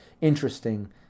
interesting